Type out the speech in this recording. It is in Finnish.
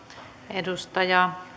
edustaja